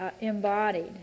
embodied